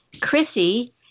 Chrissy